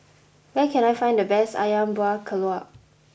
where can I find the best Ayam Buah Keluak